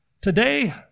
today